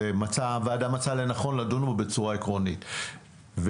הוועדה מצאה לנכון לדון בו בצורה עקרונית ועמוקה.